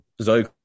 zoe